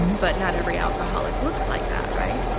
but not every alcoholic looks like that, right?